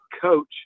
coach